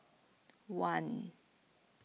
one